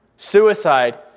Suicide